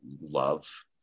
love